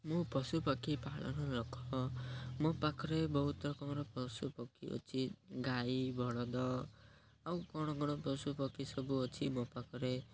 ମୁଁ ପଶୁପକ୍ଷୀ ପାଳନ ମୋ ପାଖରେ ବହୁତ ରକମର ପଶୁପକ୍ଷୀ ଅଛି ଗାଈ ବଳଦ ଆଉ କ'ଣ କ'ଣ ପଶୁପକ୍ଷୀ ସବୁ ଅଛି ମୋ ପାଖରେ